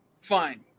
Fine